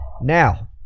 Now